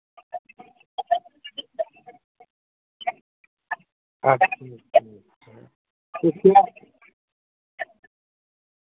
अच्छा अच्छा